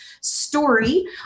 story